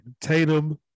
Tatum